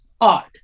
odd